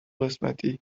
قسمتی